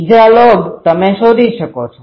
બીજા લોબ તમે શોધી શકો છો